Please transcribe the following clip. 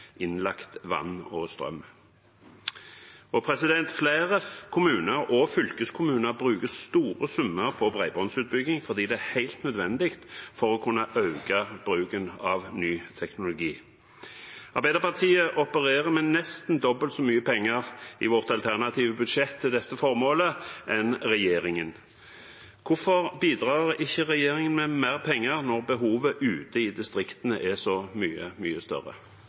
innlagt vann og strøm. Flere kommuner og fylkeskommuner bruker store summer på bredbåndsutbygging fordi det er helt nødvendig for å kunne øke bruken av ny teknologi. Vi i Arbeiderpartiet opererer med nesten dobbelt så mye penger i vårt alternative budsjett til dette formålet som regjeringen. Hvorfor bidrar ikke regjeringen med mer penger når behovet ute i distriktene er så mye, mye større?